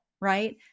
right